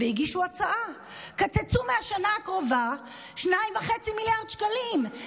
והגישו הצעה: קצצו מהשנה הקרובה 2.5 מיליארד שקלים,